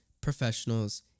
professionals